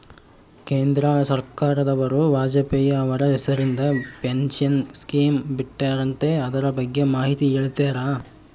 ಕೇಂದ್ರ ಸರ್ಕಾರದವರು ವಾಜಪೇಯಿ ಅವರ ಹೆಸರಿಂದ ಪೆನ್ಶನ್ ಸ್ಕೇಮ್ ಬಿಟ್ಟಾರಂತೆ ಅದರ ಬಗ್ಗೆ ಮಾಹಿತಿ ಹೇಳ್ತೇರಾ?